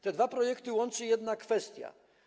Te dwa projekty łączy jedna kwestia.